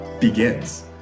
begins